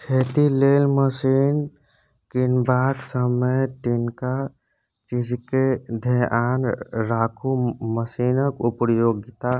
खेती लेल मशीन कीनबाक समय तीनटा चीजकेँ धेआन राखु मशीनक उपयोगिता,